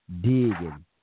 digging